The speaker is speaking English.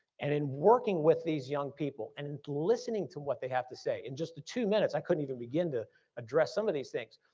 and in working with these young people and listening what they have to say, in just the two minutes i couldn't even begin to address some of these things.